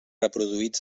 reproduïts